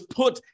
put